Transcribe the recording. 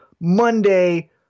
Monday